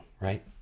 right